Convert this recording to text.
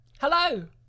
Hello